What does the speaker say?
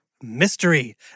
Mystery